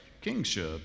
kingship